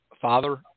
father